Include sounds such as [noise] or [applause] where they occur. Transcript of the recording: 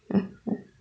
[laughs]